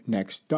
Next